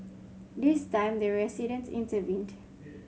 this time the resident intervened